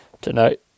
tonight